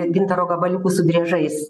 gintaro gabaliukų su driežais